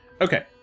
Okay